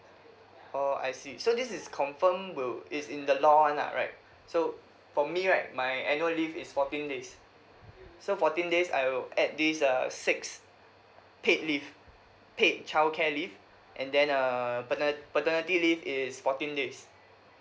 orh I see so this is confirm will is in the law one lah right so for me right my annual leave is fourteen days so fourteen days I will add this err six paid leave paid childcare leave and then err pater~ paternity leave is fourteen days